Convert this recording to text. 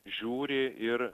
žiūri ir